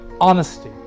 honesty